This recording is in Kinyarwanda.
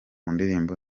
ndirimbo